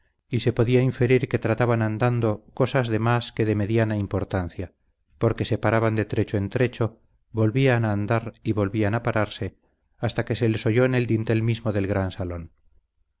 y se podía inferir que trataban andando cosas de más que de mediana importancia porque se paraban de trecho en trecho volvían a andar y volvían a pararse hasta que se les oyó en el dintel mismo del gran salón